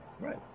Right